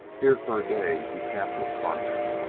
here for a day he camped with carmack,